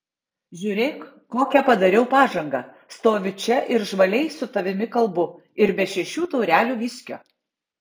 žiūrėk kokią padariau pažangą stoviu čia ir žvaliai su tavimi kalbu ir be šešių taurelių viskio